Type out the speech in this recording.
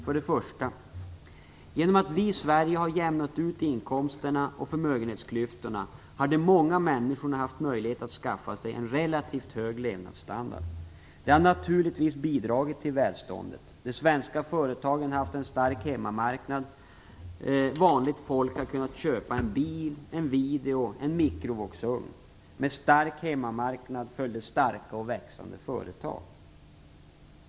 För det första: Genom att vi i Sverige har jämnat inkomsterna och förmögenhetsklyftorna har många människor haft möjlighet att skaffa sig en relativt hög levnadsstandard. Det har naturligtvis bidragit till välståndet. De svenska företagen har haft en stark hemmamarknad. Vanligt folk har kunnat köpa bil, video och mikrovågsugn. Med en stark hemmamarknad följde starka och växande företag.